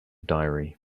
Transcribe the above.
diary